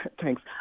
thanks